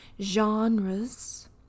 genres